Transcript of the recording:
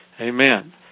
Amen